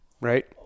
right